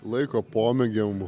laiko pomėgiam